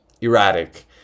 erratic